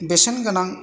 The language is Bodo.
बेसेन गोनां